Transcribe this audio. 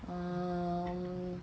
um